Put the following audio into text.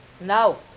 now